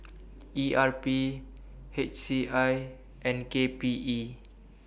E R P H C I and K P E